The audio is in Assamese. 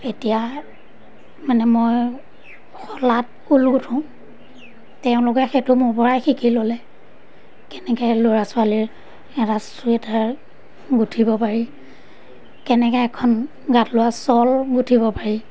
এতিয়া মানে মই শলাত ঊল গুঠোঁ তেওঁলোকে সেইটো মোৰপৰাই শিকি ল'লে কেনেকৈ ল'ৰা ছোৱালীৰ এটা চুৱেটাৰ গুঠিব পাৰি কেনেকৈ এখন গাত লোৱা শ্বল গুঠিব পাৰি